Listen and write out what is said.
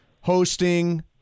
hosting